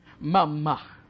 mama